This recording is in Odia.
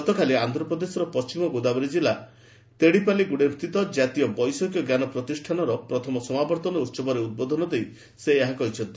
ଗତକାଲି ଆନ୍ଧ୍ରପ୍ରଦେଶର ପଶ୍ଚିମ ଗୋଦାବରୀ ଜିଲ୍ଲା ତେଡ଼ିପାଲିଗୁଡ଼େମ୍ସ୍ଥିତ ଜାତୀୟ ବୈଷୟିକ ଜ୍ଞାନ ପ୍ରତିଷ୍ଠାନର ପ୍ରଥମ ସମାବର୍ତ୍ତନ ଉହବରେ ଉଦ୍ବୋଧନ ଦେଇ ଏହା କହିଛନ୍ତି